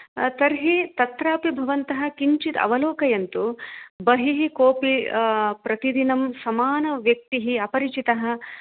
तर्हि तत्रापि भवन्तः किञ्चित् अवलोकयन्तु बहिः कोपि प्रतिदिनं समानव्यक्तिः अपरिचितः